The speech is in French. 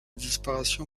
disparition